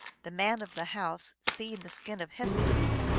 the man of the house, seeing the skin of hespu is,